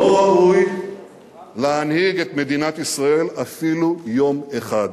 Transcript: לא ראוי להנהיג את מדינת ישראל אפילו יום אחד.